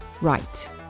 Right